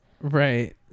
right